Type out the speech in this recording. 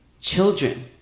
children